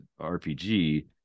RPG